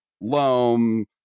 loam